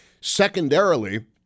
Secondarily